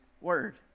word